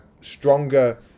stronger